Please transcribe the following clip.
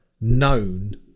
known